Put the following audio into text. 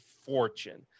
fortune